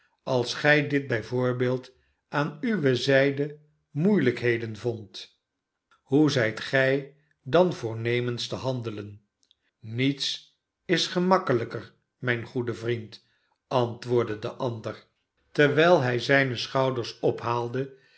als gij dit bij voorbeeld aan uwe zijde moeielijkheden vondt hoe zijt gij dan voornemens te handelen niets is gemakkelijker mijn goede vriend antwoordde de ander terwijl hij zijne schouders ophaalde